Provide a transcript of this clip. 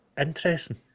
interesting